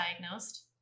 diagnosed